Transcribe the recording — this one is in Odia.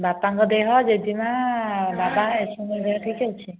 ବାପାଙ୍କ ଦେହ ଜେଜେମା ବାବା ଏ ସବୁଁଙ୍କ ଦେହ ଠିକ୍ ଅଛି